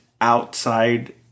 outside